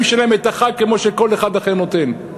שלהם את החג כמו שכל אחד אחר נותן.